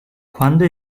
quando